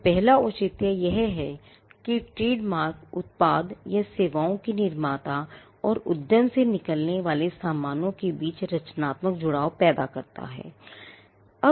तो पहला औचित्य यह है कि ट्रेडमार्क उत्पाद या सेवाओं के निर्माता और उद्यम से निकलने वाले सामानों के बीच रचनात्मक जुड़ाव पैदा करता है